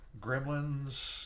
gremlins